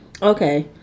Okay